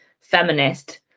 feminist